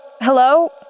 Hello